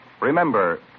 Remember